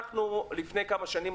לפני כמה שנים